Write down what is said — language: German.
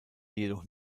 jedoch